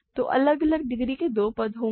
तो अलग अलग डिग्री के दो पद होंगे